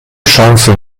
chance